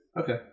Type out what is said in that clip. Okay